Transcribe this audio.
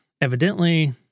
Evidently